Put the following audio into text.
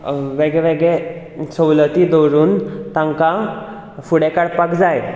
वेगळें वेगळें सवलती दवरून तांका फुडें काडपाक जाय